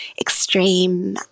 extreme